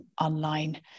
online